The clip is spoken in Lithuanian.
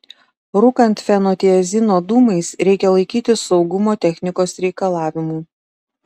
rūkant fenotiazino dūmais reikia laikytis saugumo technikos reikalavimų